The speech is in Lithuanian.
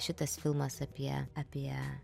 šitas filmas apie apie